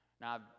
Now